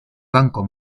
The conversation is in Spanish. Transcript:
banco